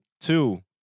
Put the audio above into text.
Two